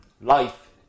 life